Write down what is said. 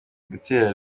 gitera